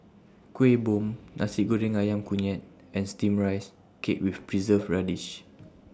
Kueh Bom Nasi Goreng Ayam Kunyit and Steamed Rice Cake with Preserved Radish